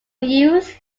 youths